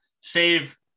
Save